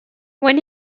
when